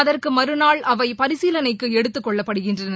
அகுற்கு மறுநாள் அவை பரிசீலனைக்கு எடுத்துக் கொள்ளப்படுகின்றன